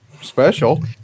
special